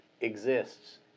exists